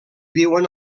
viuen